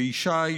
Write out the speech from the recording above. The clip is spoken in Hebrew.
וישי,